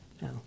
No